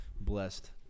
blessed